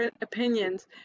opinions